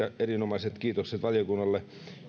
erinomaiset kiitokset valiokunnalle